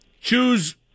Choose